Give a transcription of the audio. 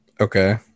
Okay